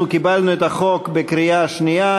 אנחנו קיבלנו את החוק בקריאה שנייה,